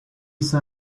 saw